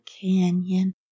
canyon